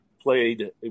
Played